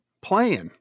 playing